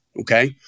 Okay